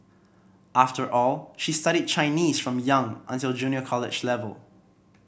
after all she studied Chinese from young until junior college level